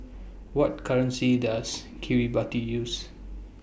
What currency Does Kiribati use